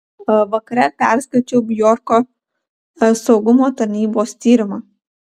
vakare perskaičiau bjorko saugumo tarnybos tyrimą